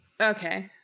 Okay